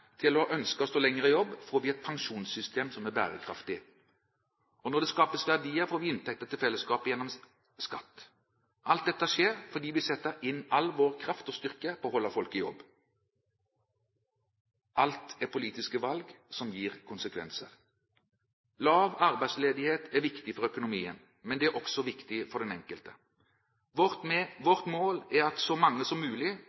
til å ønske å stå lenger i jobb, får vi et pensjonssystem som er bærekraftig. Og når det skapes verdier, får vi inntekter til fellesskapet gjennom skatt. Alt dette skjer fordi vi setter inn all vår kraft og styrke på å holde folk i jobb. Alt er politiske valg som gir konsekvenser. Lav arbeidsledighet er viktig for økonomien, men det er også viktig for den enkelte. Vårt mål er at så mange som mulig